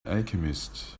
alchemist